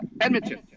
Edmonton